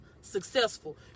successful